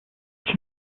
she